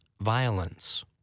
violence